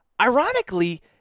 ironically